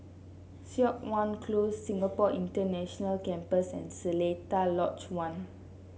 Siok Wan Close Singapore International Campus and Seletar Lodge One